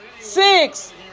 six